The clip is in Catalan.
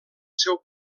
seu